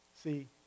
See